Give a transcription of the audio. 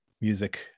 music